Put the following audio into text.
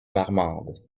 marmande